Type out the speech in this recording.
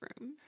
room